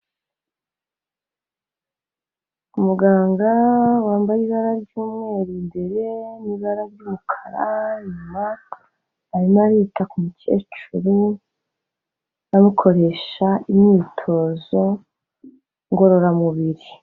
Umuganga wambaye ibara ry'umweru imbere n'ibara ry'umukara inyuma, arimo arita ku mukecuru amukoresha imyitozo ngororamubiri.